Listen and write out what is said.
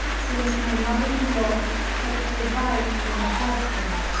since my mother-in-law had survived my husband.